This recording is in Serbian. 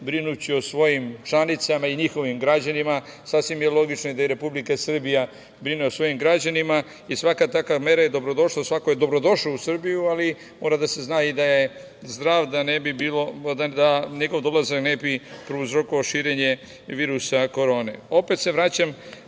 brinući o svojim članicama i njihovim građanima, sasvim je logično da i Republika Srbija brine o svojim građanima i svaka takva mera je dobrodošla i svako je dobrodošao u Srbiju, ali mora da se zna da je zdrav, da njegov dolazak ne bi prouzrokovao širenje virusa Korone. Opet se vraćam